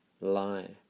lie